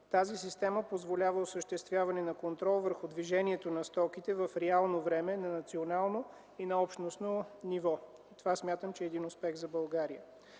Тази система позволява осъществяване на контрол върху движението на стоките в реално време на национално и на общностно ниво. Това смятам, че е успех за България.